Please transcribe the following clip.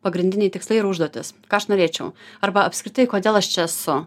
pagrindiniai tikslai ir užduotys ką aš norėčiau arba apskritai kodėl aš čia esu